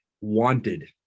wanted